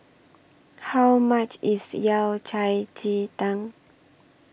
How much IS Yao Cai Ji Tang